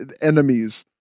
enemies